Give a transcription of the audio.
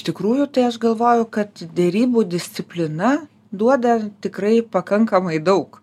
tikrųjų tai aš galvoju kad derybų disciplina duoda tikrai pakankamai daug